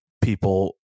people